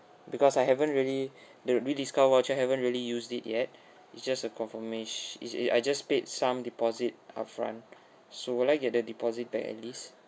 because I haven't really the rediscover voucher haven't really used it yet it's just a confirmati~ is uh I just paid some deposit upfront so will I get the deposit back at least